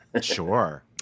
sure